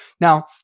Now